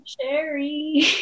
Sherry